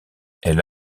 elle